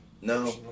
No